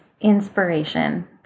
inspiration